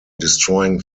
destroying